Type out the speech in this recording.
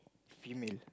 female